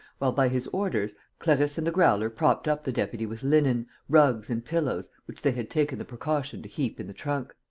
while, by his orders, clarisse and the growler propped up the deputy with linen, rugs and pillows, which they had taken the precaution to heap in the trunk.